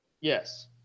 Yes